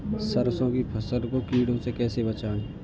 सरसों की फसल को कीड़ों से कैसे बचाएँ?